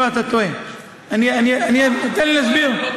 לא, אתה טועה, אני, תיתן לי להסביר.